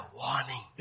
warning